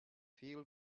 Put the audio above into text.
feel